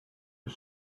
his